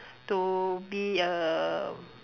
to be a